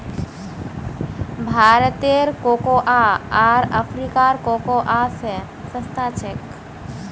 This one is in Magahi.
भारतेर कोकोआ आर अफ्रीकार कोकोआ स सस्ता छेक